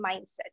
mindset